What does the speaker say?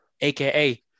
aka